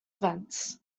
events